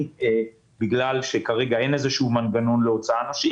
בגלל שכרגע אין מנגנון להוצאת אנשים,